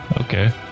okay